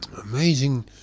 amazing